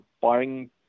buying